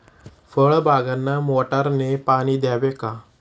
फळबागांना मोटारने पाणी द्यावे का?